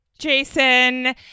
Jason